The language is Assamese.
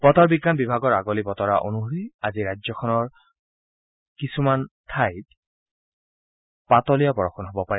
বতৰ বিজ্ঞান বিভাগৰ আগলি বতৰা অনুসৰি আজি ৰাজ্য দুখনৰ কিছুমান ঠাইত পাতলীয়া বৰষুণ হ'ব পাৰে